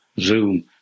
Zoom